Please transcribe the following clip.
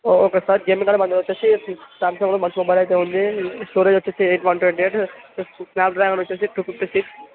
okay sir gaming అంటే మన దగ్గర వచ్చేసి శామ్సంగ్లో మంచి మొబైల్ అయితే ఉంది స్టోరేజ్ వచ్చేసి eight one twenty eight Snapdragon వచ్చేసి టూ ఫిఫ్టీ సిక్స్